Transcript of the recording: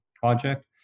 project